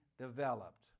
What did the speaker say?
developed